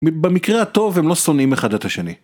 במקרה הטוב הם לא שונאים אחד את השני.